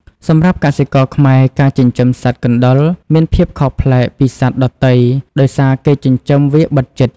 សម្រាប់់កសិករខ្មែរ ការចិញ្ចឹមសត្វកណ្តុរមានភាពខុសប្លែកពីសត្វដទៃដោយសារគេចិញ្ចឹមវាបិទជិត។